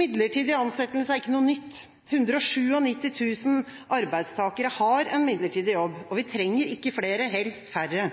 Midlertidig ansettelse er ikke noe nytt. 197 000 arbeidstakere har en midlertidig jobb. Vi